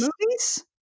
movies